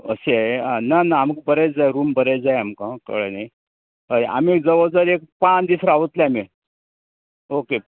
अशें आं ना ना आमकां बरेंच रूम बरेंच जाय आमकां कळ्ळे न्हय हय आमी जवळ जवळ एक पांच दीस रांवतलें आमी ओके